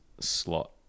slot